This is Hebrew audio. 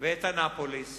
ואת אנאפוליס